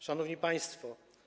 Szanowni Państwo!